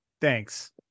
thanks